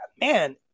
man